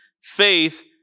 faith